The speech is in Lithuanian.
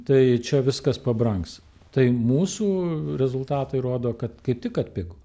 tai čia viskas pabrangs tai mūsų rezultatai rodo kad kaip tik atpigo